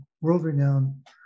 world-renowned